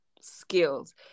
skills